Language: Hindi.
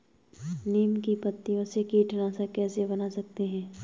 नीम की पत्तियों से कीटनाशक कैसे बना सकते हैं?